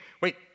wait